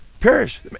perish